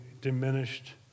diminished